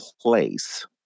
place